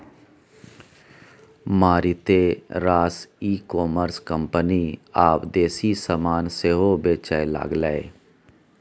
मारिते रास e commerce company आब देसी समान सेहो बेचय लागलै